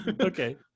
Okay